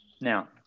Now